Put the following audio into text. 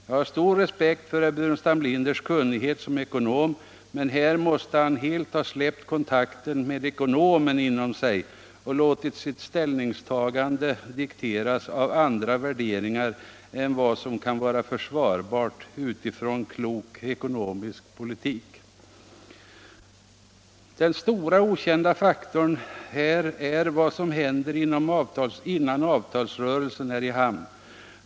Jag har stor respekt för herr Burenstam Linders kunnighet som ekonom, men här måste han helt ha släppt kontakten med ekonomen inom sig och låtit sitt ställningstagande dikteras av andra värderingar än vad som kan vara försvarbart med utgångspunkt i en klok ekonomisk politik. Den stora okända faktorn här är vad som händer innan avtalsrörelsen är i hamn.